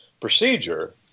procedure